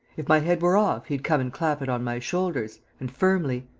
if my head were off, he'd come and clap it on my shoulders and firmly!